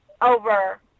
over